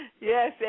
Yes